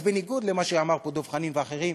אז בניגוד למה שאמרו פה דב חנין ואחרים,